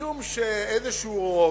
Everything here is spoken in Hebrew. משום שאיזה רוב,